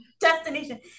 destination